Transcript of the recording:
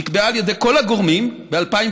נקבעה על ידי כל הגורמים ב-2011-2010,